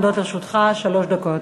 עומדות לרשותך שלוש דקות.